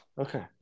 Okay